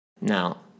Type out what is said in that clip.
Now